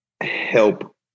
help